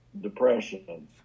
depression